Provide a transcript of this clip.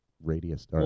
radius